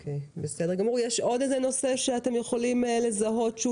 יש עוד נושא שאתם יכולים לזהות שהוא